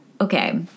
okay